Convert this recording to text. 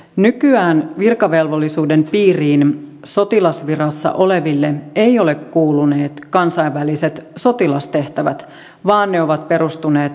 nykyään virkavelvollisuuden piiriin sotilasvirassa oleville eivät ole kuuluneet kansainväliset sotilastehtävät vaan ne ovat perustuneet vapaaehtoisuuteen